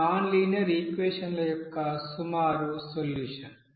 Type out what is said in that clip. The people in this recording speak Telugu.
ఇది నాన్ లీనియర్ ఈక్వెషన్ ల యొక్క సుమారు సొల్యూషన్